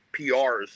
PRs